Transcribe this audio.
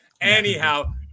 anyhow